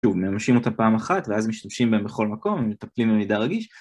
שוב, מממשים אותה פעם אחת ואז משתמשים בהם בכל מקום ומטפלים במידע רגיש